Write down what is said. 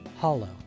hollow